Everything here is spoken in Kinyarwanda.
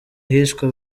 hishwe